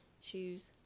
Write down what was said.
shoes